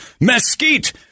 mesquite